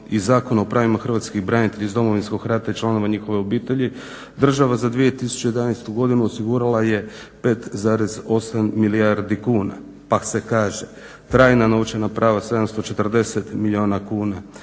i Zakon o pravima hrvatskih branitelja iz Domovinskog rata i člana njihovih obitelji država za 2011. godinu osigurala je 5,8 milijardi kuna. Pa se kaže trajna novčana prava 740 milijuna kuna,